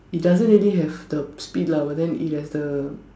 it doesn't really have the speed lah but then it has the